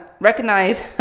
recognize